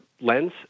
lens